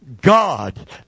God